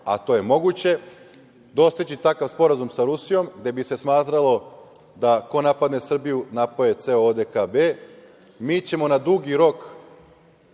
a to je moguće, dostići takav sporazum sa Rusijom, gde bi se smatralo da ko napadne Rusiju, napao je ceo ODKB, mi ćemo na dugi rok